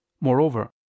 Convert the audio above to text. moreover